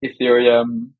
Ethereum